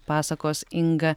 pasakos inga